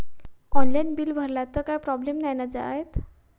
Online bill भरला तर काय प्रोब्लेम नाय मा जाईनत?